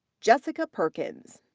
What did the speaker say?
jessica perkins.